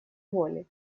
воли